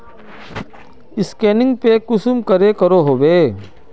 Scanning पे कुंसम करे करो होबे?